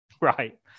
Right